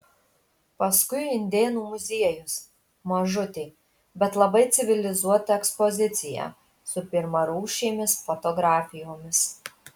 paskui indėnų muziejus mažutė bet labai civilizuota ekspozicija su pirmarūšėmis fotografijomis